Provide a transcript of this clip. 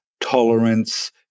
tolerance